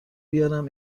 بیارم